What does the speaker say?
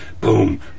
boom